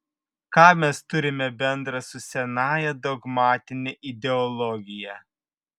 ką mes turime bendra su senąja dogmatine ideologija